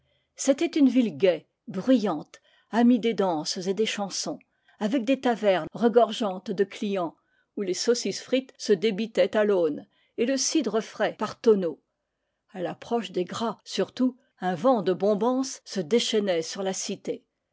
c'était âne ville gaie bruyante amie des danses et des chansons avec des tavernes regor geantes de clients où les saucissses frites se débitaient à l'aune et le cidre frais par tonneaux a l'approche des gras surtout un vent de bombance se déchaînait sur la cité